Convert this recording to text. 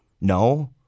No